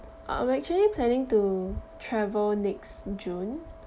I'm actually planning to travel next june